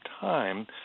time